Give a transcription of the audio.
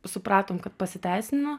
supratom kad pasiteisino